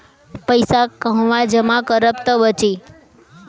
पैसा कहवा जमा करब त बची?